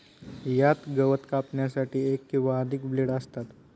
यात गवत कापण्यासाठी एक किंवा अधिक ब्लेड असतात